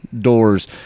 doors